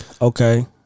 Okay